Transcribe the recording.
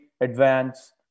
advance